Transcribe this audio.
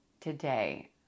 today